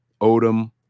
Odom